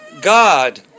God